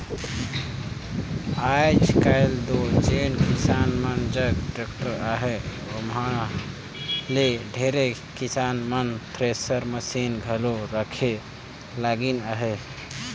आएज काएल दो जेन किसान मन जग टेक्टर अहे ओमहा ले ढेरे किसान मन थेरेसर मसीन घलो रखे लगिन अहे